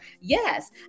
Yes